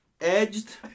edged